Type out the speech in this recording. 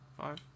Five